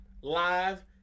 live